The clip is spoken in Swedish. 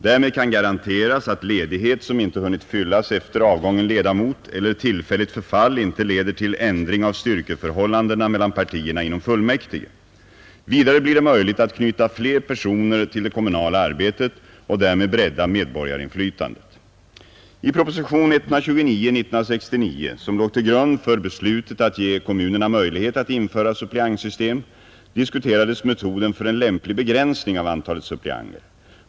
Därmed kan garanteras att ledighet, som inte hunnit fyllas efter avgången ledamot, eller tillfälligt förfall inte leder till ändring av styrkeförhållandena mellan partierna inom fullmäktige. Vidare blir det möjligt att knyta fler personer till det kommunala arbetet och därmed bredda medborgarinflytandet. I propositionen 129 år 1969, som låg till grund för beslutet att ge kommunerna möjlighet att införa suppleantsystem, diskuterades metoden för en lämplig begränsning av antalet suppleanter.